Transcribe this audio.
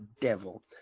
devil